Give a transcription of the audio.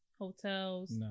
Hotels